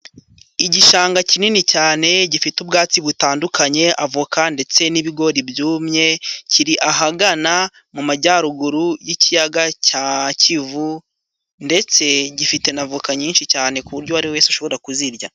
Igishanga kinini cyane gifite ubwatsi butandukanye avoka ndetse n'ibigori byumye kiri ahagana mu majyaruguru y'ikiyaga cya kivu ndetse gifite na avoka nyinshi cyane ku buryo buri wese ushobora kuzirya.